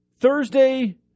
Thursday